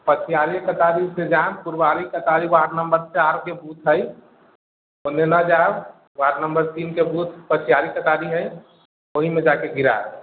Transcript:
पछियारी कतारीसँ जायब पुवारी कतारी वार्ड नम्बर चारिके बूथ हइ ओहिमे ना जायब वार्ड नम्बर तीनके बूथ पछियारी कतारी हइ ओहिमे जा कऽ गिरायब